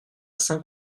saint